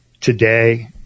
Today